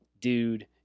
dude